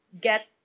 get